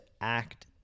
act